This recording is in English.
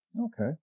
Okay